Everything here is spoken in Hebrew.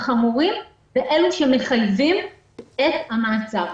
החמורים ואלו שמחייבים את המעצר.